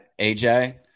AJ